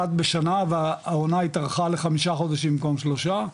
בשנה והעונה התארכה לחמישה חודשים במקום שלושה.